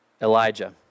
Elijah